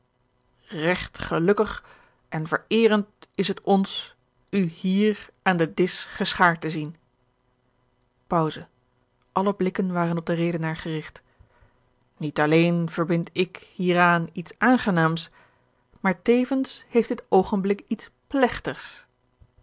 regt gelukkig en vereerend is het ons u hier aan den disch geschaard te zien pauze alle blikken waren op den redenaar gerigt niet alleen verbind ik hieraan iets aangenaams maar tevens heeft dit oogenblik iets plegtigs